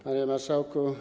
Panie Marszałku!